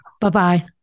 bye-bye